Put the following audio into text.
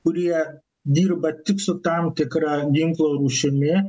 kurie dirba tik su tam tikra ginklų rūšimi